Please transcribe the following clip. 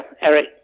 Eric